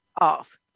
off